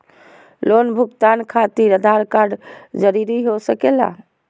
Loan भुगतान खातिर Aadhaar card जरूरी हो सके ला?